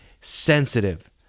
sensitive